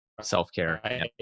self-care